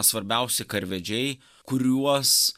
svarbiausi karvedžiai kuriuos